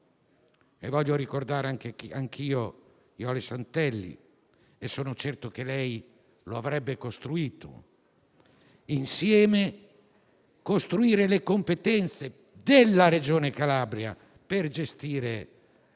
- voglio ricordare anch'io Jole Santelli perché sono certo che lei lo avrebbe fatto - bisogna costruire le competenze della Regione Calabria per gestire